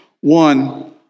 One